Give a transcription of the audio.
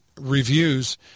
reviews